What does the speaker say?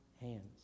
hands